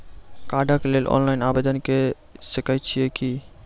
कार्डक लेल ऑनलाइन आवेदन के सकै छियै की?